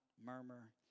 murmur